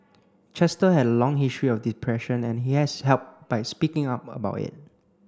Chester had a long history of depression and he has helped by speaking up about it